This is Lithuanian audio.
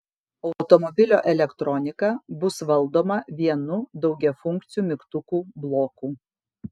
automobilio elektronika bus valdoma vienu daugiafunkciu mygtukų bloku